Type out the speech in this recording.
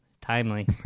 Timely